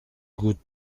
goûte